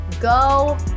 Go